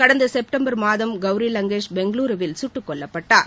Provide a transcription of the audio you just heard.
கடந்த செப்டம்பர் மாதம் கவுரி லங்கேஷ் பெங்களூருவில் சுட்டுக் கொல்லப்பட்டார்